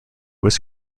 was